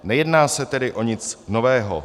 Nejedná se tedy o nic nového.